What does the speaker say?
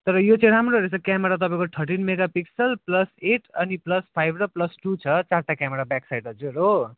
तर यो चाहिँ राम्रो रहेछ क्यामरा तपाईँ thirteen mega pixel plus eight अनि प्लस फाइभ र प्लस टु छ चारवटा क्यामरा ब्याक साइड हजुर हो